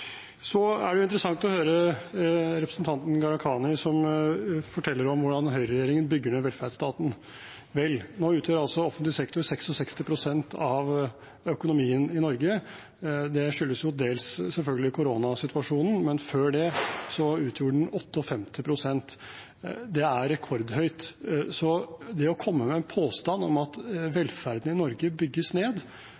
Så er det interessant å høre representanten Gharahkhani, som forteller om hvordan høyreregjeringen bygger ned velferdsstaten. Vel, nå utgjør altså offentlig sektor 66 pst. av økonomien i Norge. Det skyldes selvfølgelig dels koronasituasjonen, men før det utgjorde den 58 pst. Det er rekordhøyt. Så det å komme med en påstand om at